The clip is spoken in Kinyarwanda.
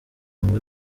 ngo